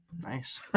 Nice